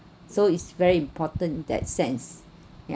so it's very important that sense ya